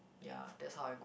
ya that's how I